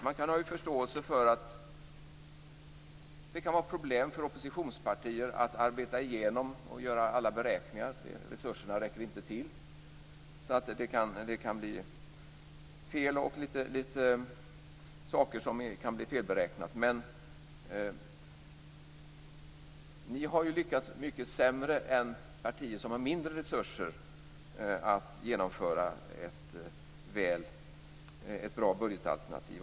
Man kan ha förståelse för att det kan vara problem för oppositionspartier att arbeta igenom och göra alla beräkningar. Resurserna räcker inte till. Det kan bli fel. Vissa saker kan bli felberäknade. Men ni har lyckats mycket sämre än partier som har mindre resurser med att presentera ett bra budgetalternativ.